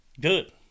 good